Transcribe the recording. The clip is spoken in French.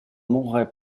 mourrai